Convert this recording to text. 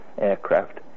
aircraft